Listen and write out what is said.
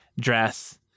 dress